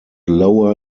lower